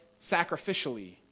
sacrificially